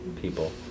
people